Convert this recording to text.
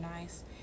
nice